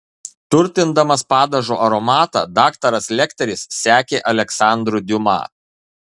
turtindamas padažo aromatą daktaras lekteris sekė aleksandru diuma